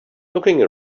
looking